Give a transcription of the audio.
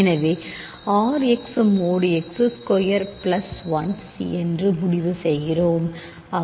எனவே R X mod X square plus 1 C என்று முடிவு செய்கிறோம்